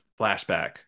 flashback